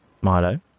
Milo